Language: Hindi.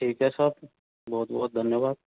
ठीक है सर बहुत बहुत धन्यवाद